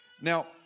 Now